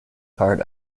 part